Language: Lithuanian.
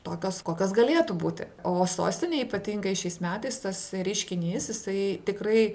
tokios kokios galėtų būti o sostinėj ypatingai šiais metais tas reiškinys jisai tikrai